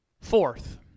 Fourth